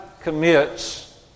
commits